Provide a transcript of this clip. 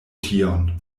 tion